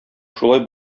шулай